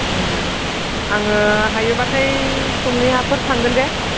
उम आङो हायोब्लाथाय सबनियाफोर थांगोन दे